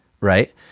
Right